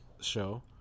show